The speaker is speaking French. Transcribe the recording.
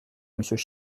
monsieur